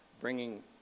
bringing